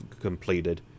completed